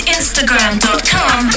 Instagram.com